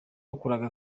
bakoraga